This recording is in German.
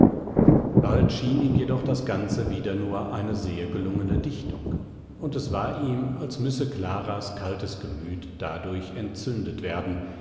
bald schien ihm jedoch das ganze wieder nur eine sehr gelungene dichtung und es war ihm als müsse claras kaltes gemüt dadurch entzündet werden